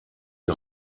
die